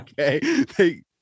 Okay